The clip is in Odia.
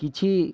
କିଛି